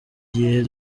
gihe